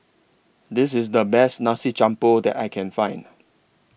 This IS The Best Nasi Campur that I Can Find